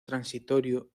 transitorio